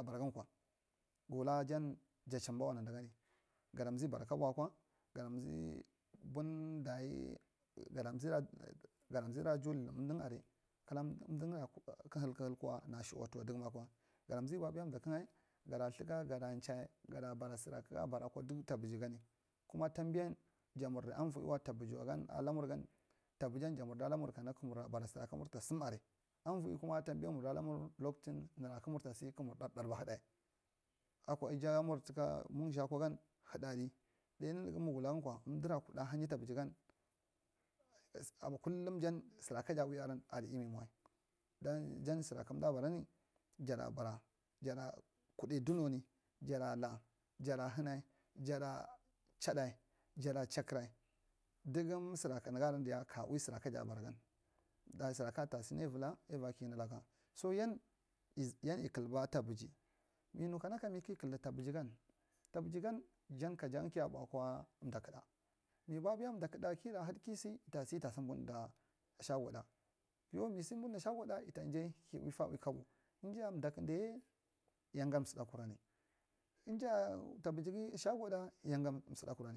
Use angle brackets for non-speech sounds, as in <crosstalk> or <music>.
Aboragankwa wula jan ja chimbawa nundagani gada mzee bora kabou kwa gada mzee bundayi gada mzeera juwuldi amding aria <unintelligible> amding ra halku halkuwa na shiwatuwa dugum akwa gada mzee bwi akwa mdakunga gada thaka gada nchiy gada bara sara kakga bara akwa dunya tamjigani kama tambiyan ja murdi avoeiwa tabijiwagan alamursan tabijan jamorda lamar kana amurra bara sura kamum fa sama aria avoie kuma tambiyan murda larmur locfun na kamar ta tasey kamur ɗarba haɗɗa akwa jamur tuka munzi kwagan haɗɗa di ɗai nunuge mung wula gankwa. amdira kuɗa hanyi tabijigan <hesitation> kullum jan sura kaja ui aran adi emimawai don san sura kamda barani jada bara jada kuɗa dinuni jada lag ja hani jada chaɗa jaɗa chakar dugum sura kanuga aran ka ui sura kata seng vila aivikininla. Soyan yan yikilba tabiji tabyigan jai tabijan jan kiya bui mdakuda mi tura vira had kisi yita sey yade seng kisi yita sey yada seng budda shagwe ɗa yau misi budda shagwada yada jai ki ui fa ui kabo. Njany mdakudayi yagan samdakurani njany tabijige shagwa ɗa yaga sama